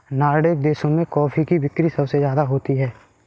Nordic देशों में coffee की बिक्री सबसे ज्यादा होती है